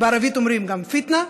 בערבית אומרים: פיטנה,